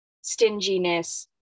stinginess